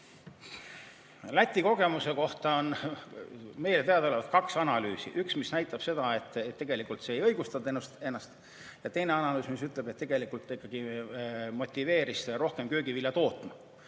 Läti kogemuse kohta on meile teadaolevalt kaks analüüsi: üks, mis näitab seda, et tegelikult see ei õigustanud ennast, ja teine, mis ütleb, et see tegelikult ikkagi motiveeris rohkem köögivilja